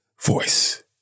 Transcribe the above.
voice